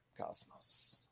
Cosmos